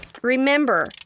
Remember